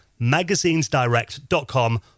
magazinesdirect.com